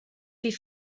wie